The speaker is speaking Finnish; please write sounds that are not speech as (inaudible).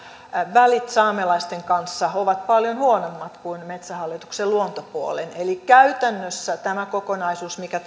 välit saamelaisten kanssa ovat paljon huonommat kuin metsähallituksen luontopuolen eli käytännössä tämä kokonaisuus minkä (unintelligible)